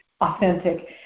authentic